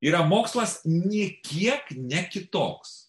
yra mokslas nė kiek ne kitoks